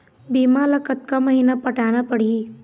बीमा ला कतका महीना पटाना पड़ही?